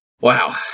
Wow